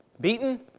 Beaten